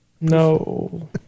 No